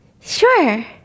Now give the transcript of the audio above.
Sure